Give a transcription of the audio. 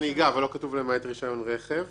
לא כתוב למעט רישיון רכב.